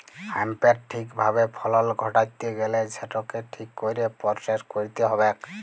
হ্যাঁম্পের ঠিক ভাবে ফলল ঘটাত্যে গ্যালে সেটকে ঠিক কইরে পরসেস কইরতে হ্যবেক